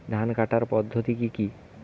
ধান কাটার পদ্ধতি কি কি?